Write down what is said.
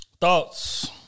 Thoughts